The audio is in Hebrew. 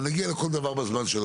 אבל, נגיע לכל דבר בזמן שלו.